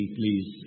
please